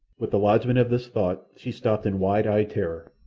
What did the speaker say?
with the lodgment of this thought she stopped in wide-eyed terror.